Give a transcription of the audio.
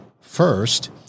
First